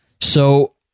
So-